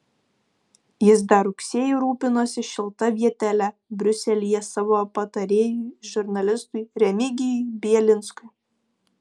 jis dar rugsėjį rūpinosi šilta vietele briuselyje savo patarėjui žurnalistui remigijui bielinskui